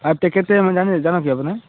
ପାଇପ୍ଟା କେତେ M M ଜାନି ଜଣା କି ଆପଣ